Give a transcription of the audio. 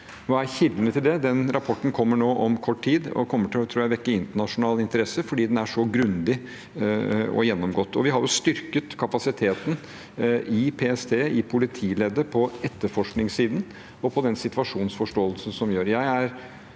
Hva er kildene til det? Den rapporten kommer om kort tid, og jeg tror den kommer til å vekke internasjonal interesse fordi den er så grundig og gjennomgått. Vi har styrket kapasiteten i PST, i politileddet på etterforskningssiden og på den situasjonsforståelsen som gjøres.